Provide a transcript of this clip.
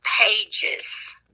pages